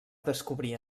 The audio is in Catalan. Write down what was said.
descobrir